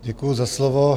Děkuji za slovo.